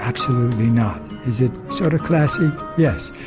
absolutely not. is it sort of classy? yes,